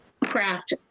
craft